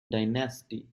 dynasty